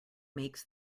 makes